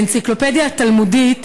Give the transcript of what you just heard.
"האנציקלופדיה התלמודית"